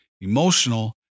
emotional